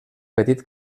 petit